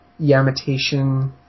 Yamitation